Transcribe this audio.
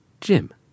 Jim